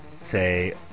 say